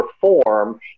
perform